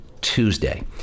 tuesday